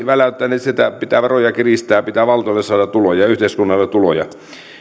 väläyttäneet sitä että pitää veroja kiristää pitää valtiolle saada tuloja yhteiskunnalle tuloja